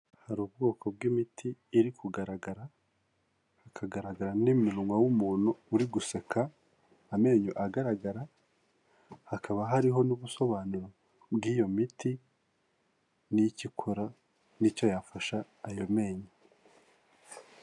Hari ubwoko bw'imiti iri kugaragara, hakagaragara n'iminwa w'umuntu uri guseka amenyo agaragara, hakaba hariho n'ubusobanuro bw'iyo miti n'icyo ukora n'icyo yafasha ayo menyo.